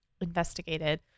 investigated